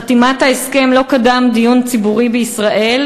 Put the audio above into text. לחתימת ההסכם לא קדם דיון ציבורי בישראל,